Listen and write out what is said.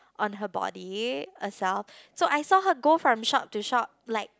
on her body herself so I saw her go from shop to shop like